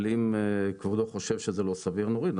אבל אם כבודו חושב שזה לא סביר, נוריד.